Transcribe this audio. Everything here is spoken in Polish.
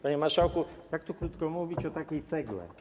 Panie marszałku, jak tu krótko mówić o takiej cegle?